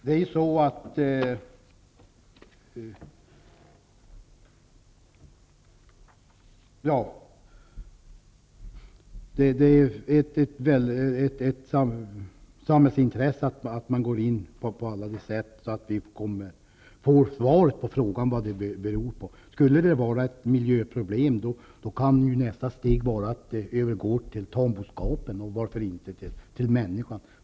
Det är ett samhällsintresse att man går in på olika sätt för att vi skall få reda på vad sjukdomen beror på. Skulle det vara ett miljöproblem, då kan nästa steg vara att den övergår till tamboskapen, och varför inte till människan.